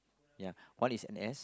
ya one is N_S